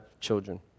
children